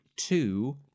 two